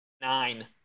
nine